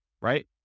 right